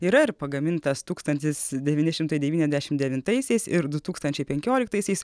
yra ir pagamintas tūkstantis devyni šimtai devyniasdešim devintaisiais ir du tūkstančiai penkioliktaisiais